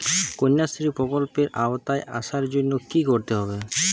কন্যাশ্রী প্রকল্পের আওতায় আসার জন্য কী করতে হবে?